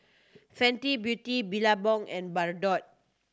Fenty Beauty Billabong and Bardot